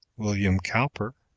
william cowper,